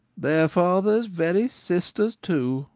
their father's very sister's too.